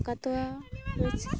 ᱠᱟᱠᱟᱛᱩᱣᱟ